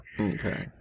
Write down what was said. Okay